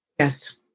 Yes